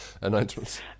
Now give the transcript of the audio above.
announcements